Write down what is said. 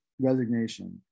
Resignation